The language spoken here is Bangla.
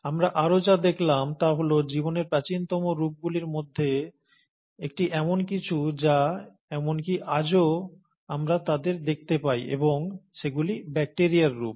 আমরা আরো যা দেখলাম তা হল জীবনের প্রাচীনতম রূপগুলির মধ্যে একটি এমন কিছু যা এমনকি আজও আমরা তাদের দেখতে পাই এবং সেগুলি ব্যাকটিরিয়ার রূপ